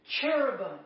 cherubim